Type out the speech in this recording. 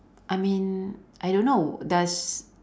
I mean I don't know does